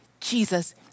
Jesus